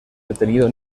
detenido